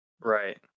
Right